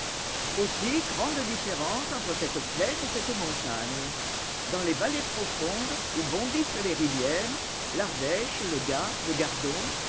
aussi grande différence entre cette plaine et cette montagne dans les vallées profondes où bondissent les rivières l'ardèche le gard le gardon